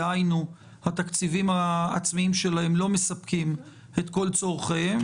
דהיינו התקציבים העצמיים שלהן לא מספקים את כל צורכיהן.